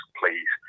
please